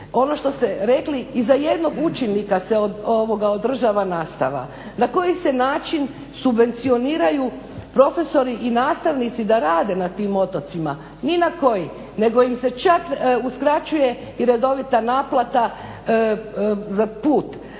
Ono što ste rekli i za jednog učenika se održava nastava. Na koji se način subvencioniraju profesori i nastavnici da rade na tim otocima? Ni na koji, nego im se čak uskraćuje i redovita naplata za put.